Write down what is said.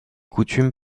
coutumes